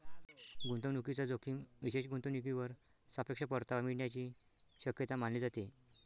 गुंतवणूकीचा जोखीम विशेष गुंतवणूकीवर सापेक्ष परतावा मिळण्याची शक्यता मानली जाते